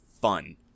fun